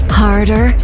harder